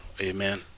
Amen